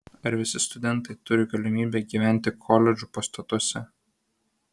ar visi studentai turi galimybę gyventi koledžų pastatuose